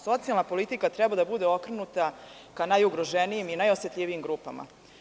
Socijalna politika treba da bude okrenuta ka najugroženijim i najosetljivijim grupama.